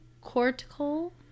cortical